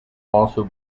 also